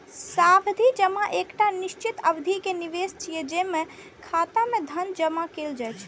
सावधि जमा एकटा निश्चित अवधि के निवेश छियै, जेमे खाता मे धन जमा कैल जाइ छै